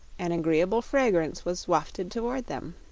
an agreeable fragrance was wafted toward them.